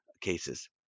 cases